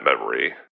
memory